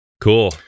Cool